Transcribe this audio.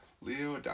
Leo